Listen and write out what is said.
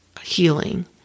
healing